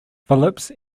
phillips